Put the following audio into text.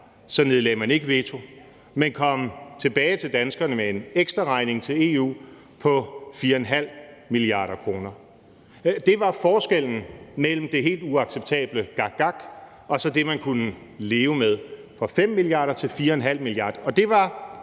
så nedlagde man ikke veto, men kom tilbage til danskerne med en ekstraregning fra EU på 4,5 mia. kr. Det var forskellen mellem det helt uacceptable gakgak og så det, man kunne leve med – altså at man gik fra 5 mia. kr.